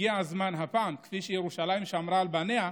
הגיע הזמן הפעם שכפי שירושלים שמרה על בניה,